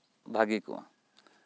ᱵᱷᱟᱹᱜᱤ ᱠᱚᱜᱼᱟ